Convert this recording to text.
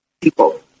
people